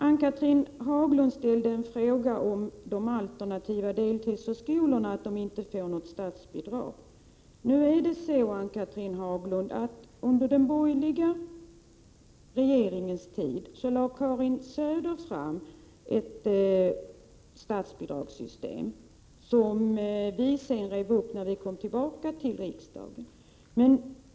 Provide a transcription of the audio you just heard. Ann-Cathrine Haglund ställde en fråga om uteblivet statsbidrag till de alternativa deltidsförskolorna. Under den borgerliga regeringens tid, Ann Cathrine Haglund, föreslog Karin Söder ett statsbidragssystem, men det beslutet rev vi upp när vi kom tillbaka i regeringen.